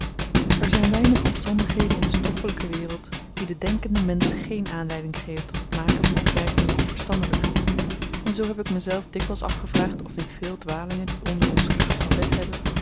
er zyn weinig omstandigheden in de stoffelyke wereld die den denkenden mensch geen aanleiding geven tot het maken van opmerkingen op verstandelyk gebied en zoo heb ik myzelf dikwyls afgevraagd of niet veel dwalingen die onder ons kracht van wet hebben